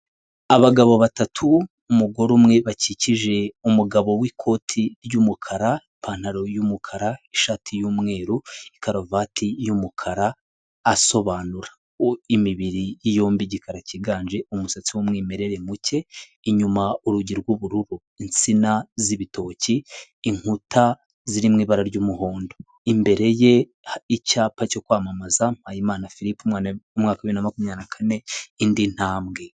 Abagabo batatu umugore umwe bakikije umugabo w'ikoti ry'umukara ipantaro y'umukara ishati y'umweru karuvati y'umukara asobanura, ufite imibiri yombi igikara cyiganje, umusatsi w'umwimerere muke, inyuma urugi rw'ubururu insina z'ibitoki inkuta ziri mu ibara ry'umuhondo imbere ye icyapa cyo kwamamaza Mpayimana philipe umwaka bibiri na makumyabiri na kane indi ntambwe.